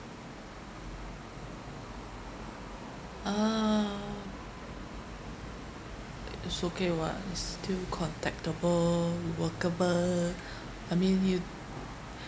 ah i~ is okay [what] is still contactable workable I mean you